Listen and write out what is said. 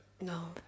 no